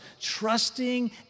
trusting